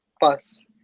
pass